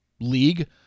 league